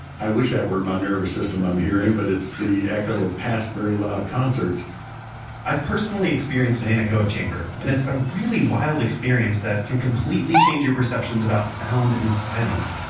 i wish that were my nervous system i'm hearing, but it's the echo of past very loud concerts i've personally experienced an anechoic chamber, and it's a really wild experience that can completely change your perceptions about sound and silence.